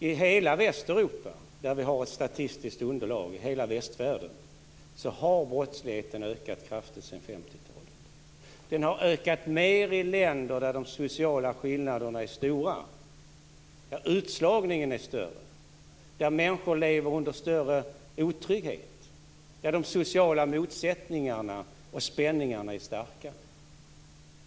I hela den del av västvärlden där vi har ett statistiskt underlag har brottsligheten ökat kraftigt sedan 50-talet. Den har ökat mer i länder där de sociala skillnaderna är stora, där utslagningen är större, där människor lever under större otrygghet och där de sociala motsättningarna och spänningarna är starka.